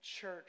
church